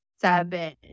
seven